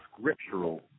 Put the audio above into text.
scriptural